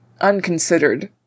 unconsidered